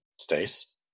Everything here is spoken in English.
Stace